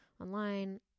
online